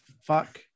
fuck